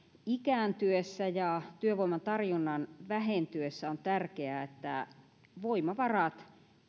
ikääntyessä ja työvoimatarjonnan vähentyessä on tärkeää että voimavarat